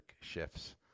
shifts